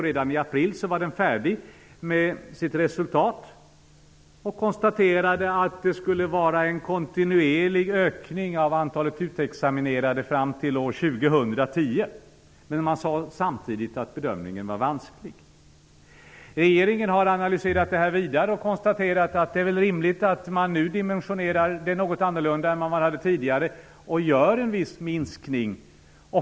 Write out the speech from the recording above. Redan i april var den färdig med sitt resultat och konstaterade att det skulle vara en kontinuerlig ökning av antalet utexaminerade läkare fram till år 2010. Men man sade samtidigt att bedömningen var vansklig. Regeringen har analyserat frågan vidare. Man har konstaterat att det är rimligt att nu göra en något annorlunda dimensionering än den tidigare och föreslår en viss minskning.